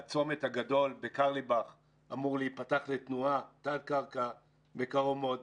הצומת הגדול בקרליבך אמור להיפתח לתנועה תת קרקע בקרוב מאוד.